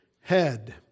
head